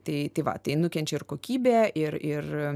tai tai va tai nukenčia ir kokybė ir ir